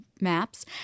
maps